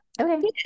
Okay